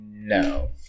No